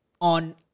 on